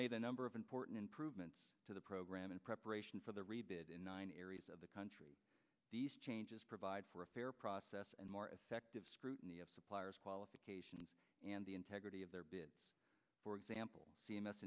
made a number of important improvements to the program in preparation for the rebid in nine areas of the country these changes provide for a fair process and more effective scrutiny of suppliers qualifications and the integrity of their bid for example c m s